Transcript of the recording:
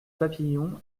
papillon